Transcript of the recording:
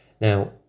Now